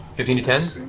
fifteen to ten?